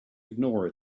ignore